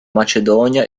macedonia